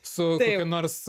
su kokiu nors